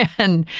and,